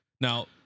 now